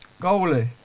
Goalie